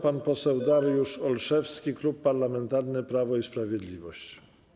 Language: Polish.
Pan poseł Dariusz Olszewski, Klub Parlamentarny Prawo i Sprawiedliwość.